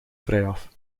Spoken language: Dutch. vrijaf